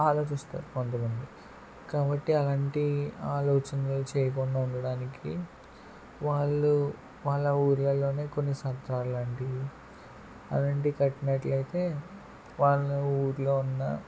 ఆలోచిస్తారు కొంతమంది కాబట్టి అలాంటి ఆలోచనలు చేయకుండా ఉండడానికి వాళ్ళు వాళ్ళ ఊర్లలోనే కొన్ని సత్రంలాంటివి అలాంటివి కట్టినట్టయితే వాళ్ల ఊర్లో ఉన్న